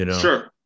Sure